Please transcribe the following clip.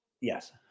Yes